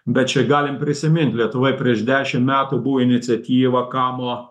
bet čia galim prisimint lietuvoj prieš dešim metų buvo iniciatyva kamo